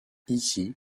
ici